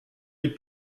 les